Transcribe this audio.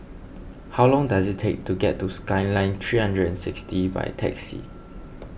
how long does it take to get to Skyline three hundred and sixty by taxi